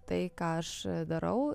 tai ką aš darau